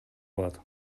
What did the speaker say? калат